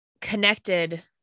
connected